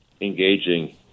engaging